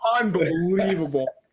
Unbelievable